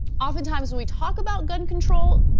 oftentimes we talk about gun control,